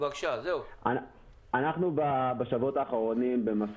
אנחנו אמורים להיפגש היום למשא